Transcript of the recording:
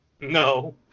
No